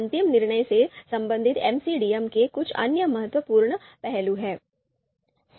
अंतिम निर्णय से संबंधित एमसीडीएम के कुछ अन्य महत्वपूर्ण पहलू हैं